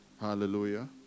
Hallelujah